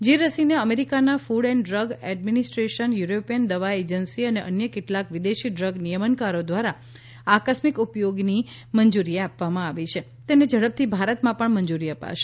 જે રસીને અમરિકાના food and drug administration European દવા એજન્સી અને અન્ય કેટલાક વિદેશી ડ્રગ નિયમનકારો દ્વારા આકસ્મિક ઉપયોગની મંજૂરી આપવામાં આવી છે તેને ઝડપથી ભારતમાં પણ મંજૂરી અપાશે